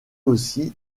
aussi